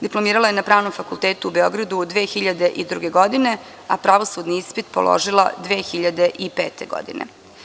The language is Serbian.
Diplomirala je na Pravnom fakultetu u Beogradu 2002. godine, a pravosudni ispit položila 2005. godine.